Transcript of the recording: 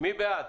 מי בעד?